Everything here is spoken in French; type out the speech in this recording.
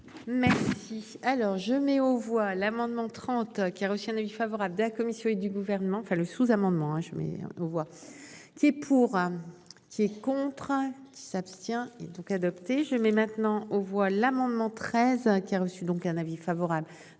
Merci. Alors je mets aux voix l'amendement 30 qui a reçu un avis favorable de la commission et du Gouvernement enfin le sous-amendement je mais on peut voir. C'est pour. Qui il est contraint qui s'abstient donc adopté je mets maintenant aux voix l'amendement 13 qui a reçu donc un avis favorable